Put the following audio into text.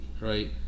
right